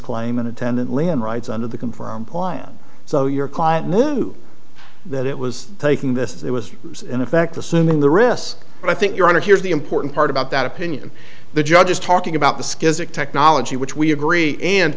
claim and attendant land rights under the confirmed client so your client knew that it was taking this it was in effect assuming the risks but i think your honor here's the important part about that opinion the judge is talking about the skills it technology which we agree and